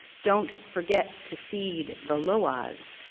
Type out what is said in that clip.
don't forget to feed the loas,